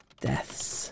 Deaths